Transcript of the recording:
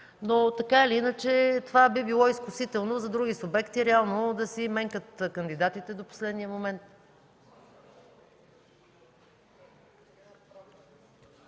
но, така или иначе, това би било изкусително за други субекти реално да си менкат кандидатите до последния момент.